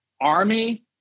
army